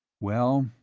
well,